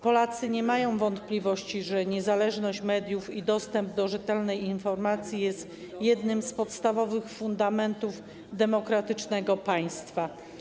Polacy nie mają wątpliwości, że niezależność mediów i dostęp do rzetelnej informacji są jednymi z podstawowych fundamentów demokratycznego państwa.